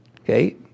Okay